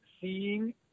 seeing